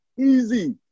easy